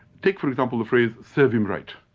take for example the phrase serve him right.